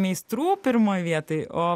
meistrų pirmoj vietoj o